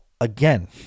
again